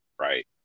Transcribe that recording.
right